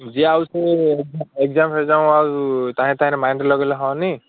ଯା ହେଉଛି ଏଗ ଏଗ୍ଜାମ୍ ଫେଗ୍ଜାମ୍ ଆଉ ତା'ହେଲେ ତା'ର ମାଇଣ୍ଡରେ ଲଗାଇଲେ ହଅନି